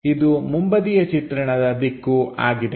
ಇದು ಮುಂಬದಿಯ ಚಿತ್ರಣದ ದಿಕ್ಕು ಆಗಿದೆ